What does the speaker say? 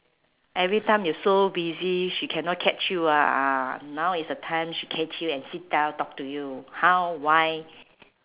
every time you so busy she cannot catch you ah ah now is the time she catch you and sit down talk to you how why